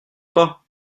pas